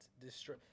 destroy